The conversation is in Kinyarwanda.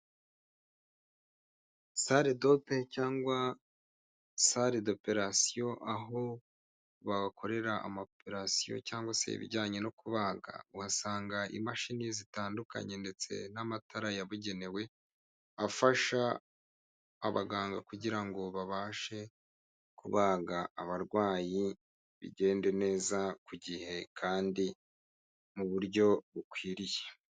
Salle dope cyangwa salle doperasiyo aho bakorera ama operasiyo cyangwa se ibijyanye no kubaga uhasanga imashini zitandukanye ndetse n'amatara yabugenewe afasha abaganga kugira ngo babashe kubaga abarwayi bigende neza ku gihe kandi mu buryo bukwiriye.